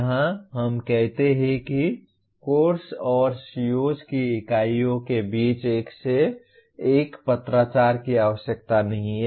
यहाँ हम कहते हैं कि कोर्स और COs की इकाइयों के बीच एक से एक पत्राचार की आवश्यकता नहीं है